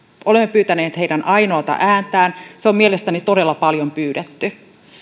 olemme pyytäneet heidän ainoata ääntään se on mielestäni todella paljon pyydetty